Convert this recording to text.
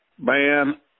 Man